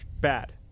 bad